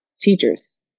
teachers